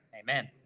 Amen